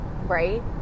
right